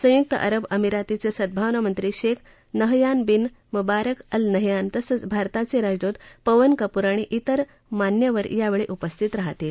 संयुक् अरब अमिरातीचे सद्भावना मंत्री Sheikh Nahyan bin Mubarak Al Nahyan तसंच भारताचे राजदूत पवन कपूर आणि जिर मान्यवर यावेळी उपस्थित राहतील